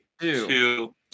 Two